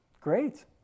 great